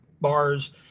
bars